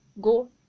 go